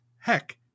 Heck